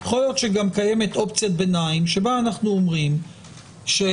יכול להיות שגם קיימת אופציית ביניים שבה אנחנו אומרים שהחוק,